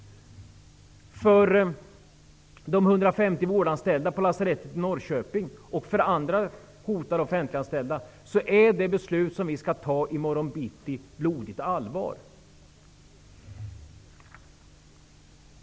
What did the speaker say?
För de 250 vårdanställda vid lasarettet i Norrköping och för andra hotade offentliganställda är det beslut som vi skall fatta i morgon bitti blodigt allvar.